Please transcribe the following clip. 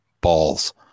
balls